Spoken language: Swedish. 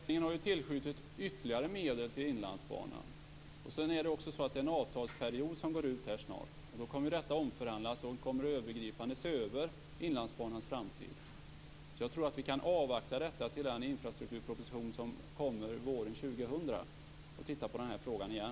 Fru talman! Regeringen har ju tillskjutit ytterligare medel till Inlandsbanan. Sedan är det också så att en avtalsperiod snart går ut. Då kommer detta att omförhandlas, och man kommer att övergripande se över Inlandsbanans framtid. Jag tror att vi kan avvakta med detta till den infrastrukturproposition som kommer våren 2000. Då kan vi titta på den här frågan igen.